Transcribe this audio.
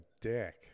dick